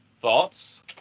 Thoughts